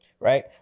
right